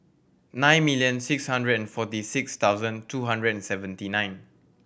nine million six hundred and forty six thousand two hundred and seventy nine